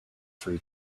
free